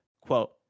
quote